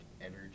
energy